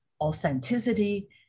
authenticity